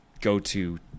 go-to